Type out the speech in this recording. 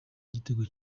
igitego